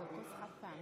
תוצאות ההצבעה: